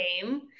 game